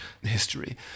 history